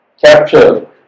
capture